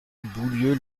boulieu